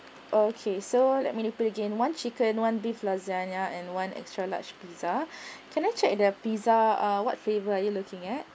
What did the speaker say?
okay so let me repeat again one chicken one beef lasagna and one extra large pizza can I check their pizza ah what favor are you looking at